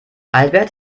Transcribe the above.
albert